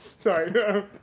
Sorry